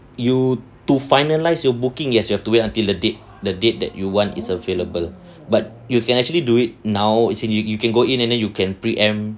you to finalise your booking yes you have to wait until the date the date that you want is available but you can actually do it now as in you you can go in and then you can preempt